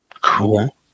Cool